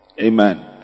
Amen